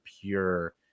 pure